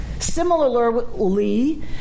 Similarly